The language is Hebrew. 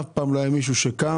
אף פעם לא קם מישהו ואמר: